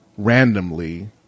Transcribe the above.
randomly